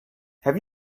have